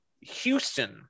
houston